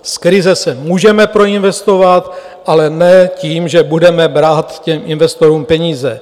Z krize se můžeme proinvestovat, ale ne tím, že budeme brát investorům peníze.